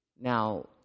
Now